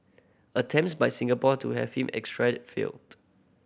attempts by Singapore to have him extra failed